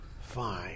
fine